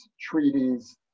treaties